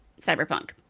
cyberpunk